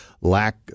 lack